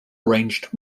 arranged